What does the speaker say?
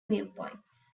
viewpoints